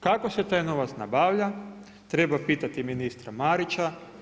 Kako se taj novac nabavlja treba pitati ministra Marića.